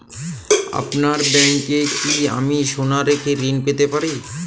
আপনার ব্যাংকে কি আমি সোনা রেখে ঋণ পেতে পারি?